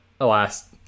alas